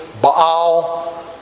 Baal